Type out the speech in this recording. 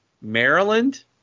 Maryland